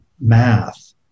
math